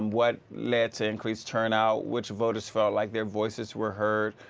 um what led to increased turnout, which voters felt like there voices were heard,